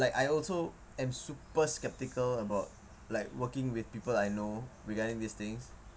like I also am super skeptical about like working with people I know regarding these things